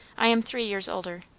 i am three years older.